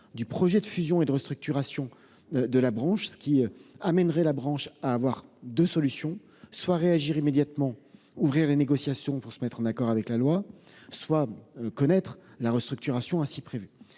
d'un projet de fusion et de restructuration de la branche. Cette dernière aurait alors deux solutions : soit réagir immédiatement en ouvrant des négociations pour se mettre en accord avec la loi, soit se soumettre à la restructuration ainsi prévue.